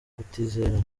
kutizerana